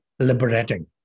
Liberating